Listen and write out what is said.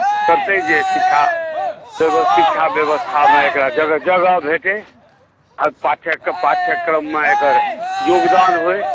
करतै जे शिक्षा शिक्षा व्यवस्थामे एकरा जगह भेटय आ पाठ्यक्रममे एकर योगदान होय